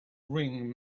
ring